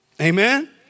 Amen